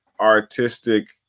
artistic